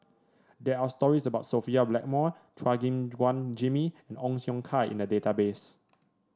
there are stories about Sophia Blackmore Chua Gim Guan Jimmy and Ong Siong Kai in the database